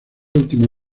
últimos